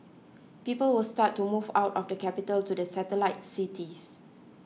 people will start to move out of the capital to the satellite cities